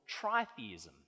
tritheism